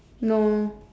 no